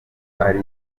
ari